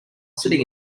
sitting